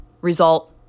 Result